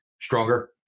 stronger